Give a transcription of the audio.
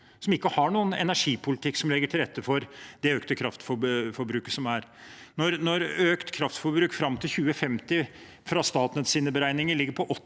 som ikke har noen energipolitikk som legger til rette for det økte kraftforbruket som er. Når økt kraftforbruk fram til 2050 ut fra Statnetts beregninger ligger på